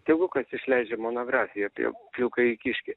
tėvukas išleidžia monografiją apie pilkąjį kiškį